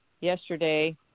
yesterday